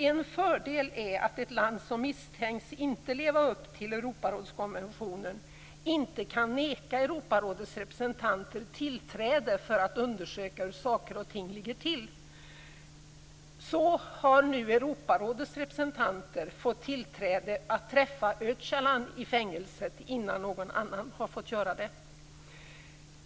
En fördel är att ett land som misstänks inte leva upp till Europarådskonventionen inte kan neka Europarådets representanter tillträde för att undersöka hur saker och ting ligger till. Så har nu Europarådets representanter fått tillträde att träffa Öcalan i fängelset innan någon annan har fått göra det.